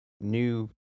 new